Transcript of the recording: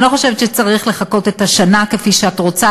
אני לא חושבת שצריך לחכות את השנה כפי שאת רוצה,